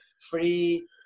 free